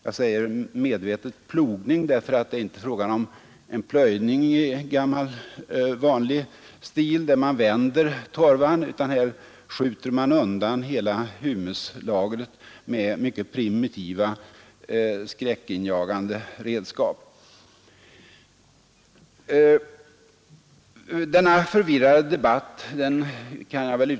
Jag säger medvetet plogning därför att det inte är fråga om en plöjning i gammal vanlig stil, där man vänder torvan, utan här skjuter man undan humuslagret med mycket primitiva, skräckinjagande redskap och åstadkommer i stort sett sterila diken med så där fem meters mellanrum.